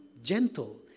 gentle